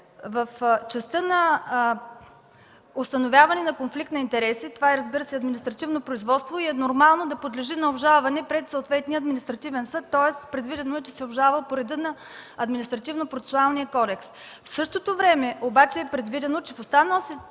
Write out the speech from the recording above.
В частта на установяване на конфликт на интереси – това, разбира се, е административно производство и е нормално да подлежи на обжалване пред съответния административен съд, тоест предвидено е, че се обжалва по реда на Административнопроцесуалния кодекс. В същото време обаче е предвидено, че в останалата си